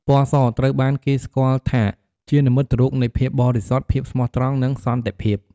ពណ៌ស ត្រូវបានគេស្គាល់ថាជានិមិត្តរូបនៃ ភាពបរិសុទ្ធ ភាពស្មោះត្រង់ និង សន្តិភាព។